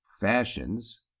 Fashions